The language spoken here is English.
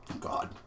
God